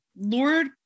Lord